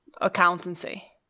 accountancy